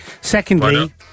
Secondly